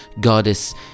goddess